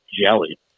jelly